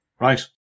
Right